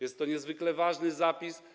Jest to niezwykle ważny zapis.